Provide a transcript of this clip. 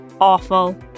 awful